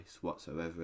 whatsoever